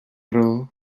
raó